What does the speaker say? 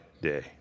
day